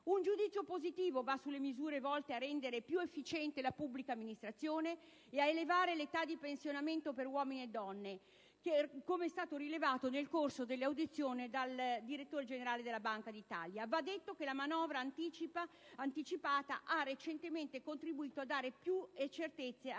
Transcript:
Un giudizio positivo va espresso sulle misure volte a rendere più efficiente la pubblica amministrazione e ad elevare l'età di pensionamento per uomini e donne, come è stato rilevato nel corso dell'audizione dal direttore generale della Banca d'Italia. Va detto che la manovra anticipata ha certamente contribuito a dare più certezze agli